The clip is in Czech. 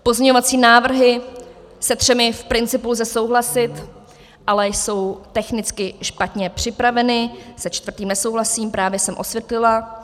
Pozměňovací návrhy se třemi v principu lze souhlasit, ale jsou technicky špatně připraveny, se čtvrtým nesouhlasím, právě jsem osvětlila.